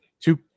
two